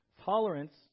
Tolerance